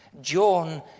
John